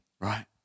right